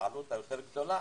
העלות היותר גדולה.